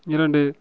இரண்டு